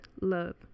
love